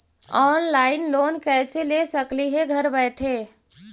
Online loan कैसे ले सकली हे घर बैठे?